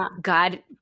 God